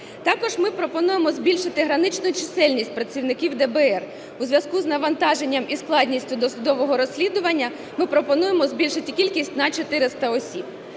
Також ми пропонуємо збільшити граничну чисельність працівників ДБР у зв'язку із навантаженням і складністю досудового розслідування, ми пропонуємо збільшити кількість на 400 осіб.